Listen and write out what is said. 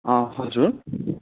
हजुर